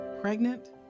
pregnant